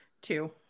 two